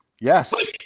Yes